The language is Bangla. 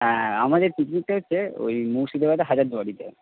হ্যাঁ আমাদের পিকনিকটা হচ্ছে ওই মুর্শিদাবাদের হাজারদুয়ারিতে